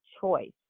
choice